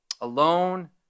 Alone